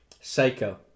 Psycho